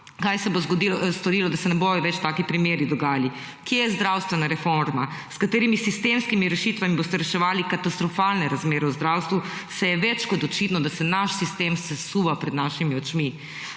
Kaj se bo storilo, da se takšni primeri ne bodo več dogajali? Kje je zdravstvena reforma? S katerimi sistemskimi rešitvami boste reševali katastrofalne razmere v zdravstvu, saj je več kot očitno, da se naš sistem sesuva pred našimi očmi?